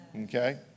Okay